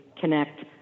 connect